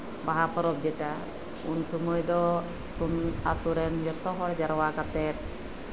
ᱵᱟᱦᱟ ᱯᱚᱨᱚᱵᱽ ᱡᱮᱴᱟ ᱩᱱ ᱥᱚᱢᱚᱭ ᱫᱚ ᱟᱹᱛᱩᱨᱮᱱ ᱡᱚᱛᱚ ᱦᱚᱲ ᱡᱟᱣᱨᱟ ᱠᱟᱛᱮᱫ